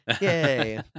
Yay